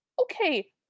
Okay